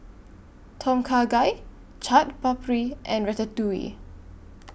Tom Kha Gai Chaat Papri and Ratatouille